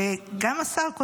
ואני חושבת שאתם צודקים,